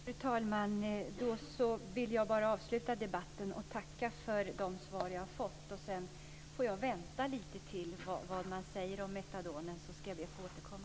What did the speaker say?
Fru talman! Jag vill bara avsluta debatten och tacka för de svar jag har fått. Jag får avvakta vad man säger om metadonet och be att få återkomma.